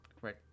right